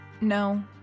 No